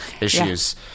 issues